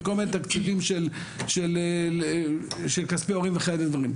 מכל מיני תקציבים של כספי הורים וכאלה דברים,